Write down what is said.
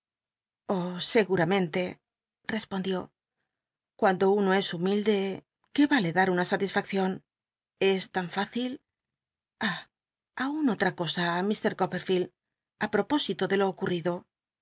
seguramente respondió cuando uno es hum ilde qué vale dar una satisfaccion es tan fücil ah a un otra cosa lir copperfield á p ropósito de lo ocul'rido